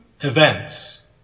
events